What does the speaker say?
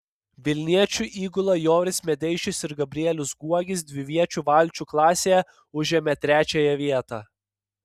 vilniečių įgula joris medeišis ir gabrielius guogis dviviečių valčių klasėje užėmė trečiąją vietą